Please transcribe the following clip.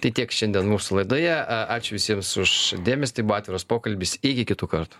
tai tiek šiandien mūsų laidoje ačiū visiems už dėmesį tai buvo atviras pokalbis iki kitų kartų